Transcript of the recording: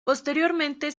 posteriormente